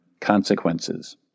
consequences